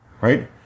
right